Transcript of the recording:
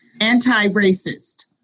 Anti-racist